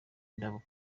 indabo